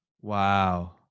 Wow